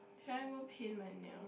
can I go paint my nail